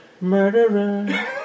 Murderer